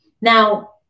Now